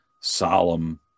solemn